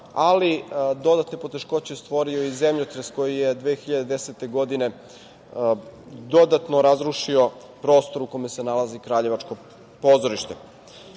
ali dodatne poteškoće stvorio je i zemljotres koji je 2010. godine dodatno razrušio prostor u kome se nalazi kraljevačko pozorište.I